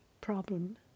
problem